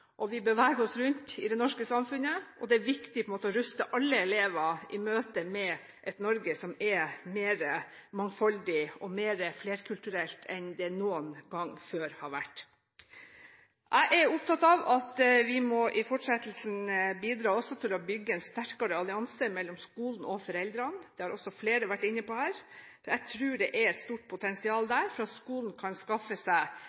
og beveger oss rundt i det norske samfunnet, og det er viktig å ruste alle elever i møte med et Norge som er mer mangfoldig og mer flerkulturelt enn det noen gang før har vært. Jeg er opptatt av at vi i fortsettelsen også må bidra til å bygge en sterkere allianse mellom skolen og foreldrene. Det har også flere vært inne på her. Jeg tror det er et stort potensial der for at skolen kan skaffe seg